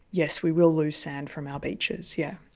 yes, we will lose sand from our beaches, yeah